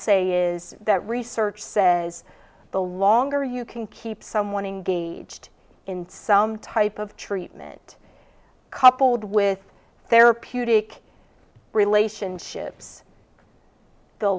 say is that research says the longer you can keep someone in some type of treatment coupled with therapeutic relationships the